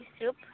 soup